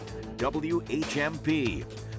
WHMP